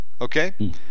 okay